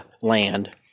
land